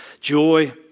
joy